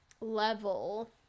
level